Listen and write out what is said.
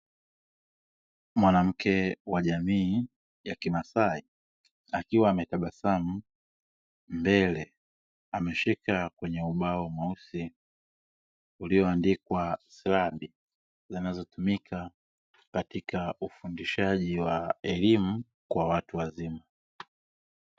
Mwanamke wa jamii ya kimasai akiwa ametabasamu, mbele ameshika kwenye ubao mweusi ulioandikwa silabi zinazotumika katika ufundishaji wa elimu kwa watu wazima.